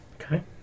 Okay